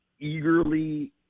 eagerly